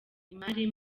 imari